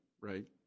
right